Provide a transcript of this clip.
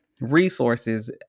resources